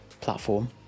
platform